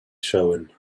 showing